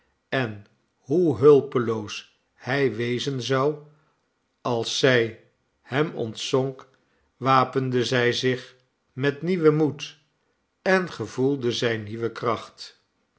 en hoe hulpeloos hij wezen zou als zij hem ontzonk wapende zij zich met nieuwen moed en gevoelde zij nieuwe kracht